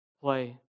play